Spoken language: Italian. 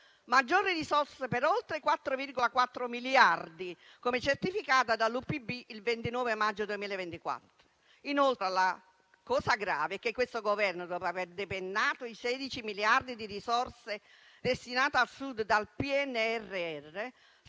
maggiori risorse per oltre 4,4 miliardi, come certificato dall'UPB il 29 maggio 2024. Inoltre, la cosa grave è che questo Governo, dopo aver depennato i 16 miliardi di risorse destinate al Sud dal PNRR,